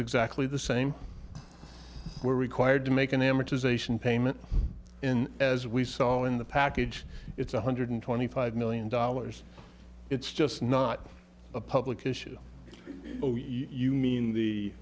exactly the same we're required to make an amortization payment in as we saw in the package it's one hundred twenty five million dollars it's just not a public issue you mean the